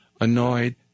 annoyed